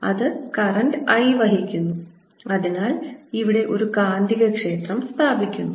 അത് current I വഹിക്കുന്നു അതിനാൽ ഇവിടെ ഒരു കാന്തികക്ഷേത്രം സ്ഥാപിക്കുന്നു